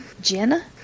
Jenna